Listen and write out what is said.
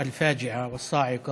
דברים